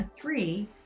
three